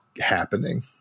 happening